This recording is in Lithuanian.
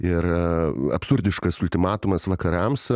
ir absurdiškas ultimatumas vakarams